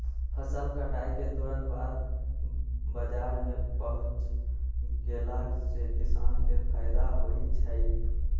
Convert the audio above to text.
फसल कटाई के तुरत बाद बाजार में पहुच गेला से किसान के फायदा होई छई